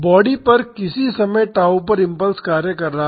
body पर किसी समय tau पर इम्पल्स कार्य कर रहा है